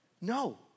No